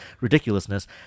ridiculousness